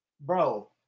Bro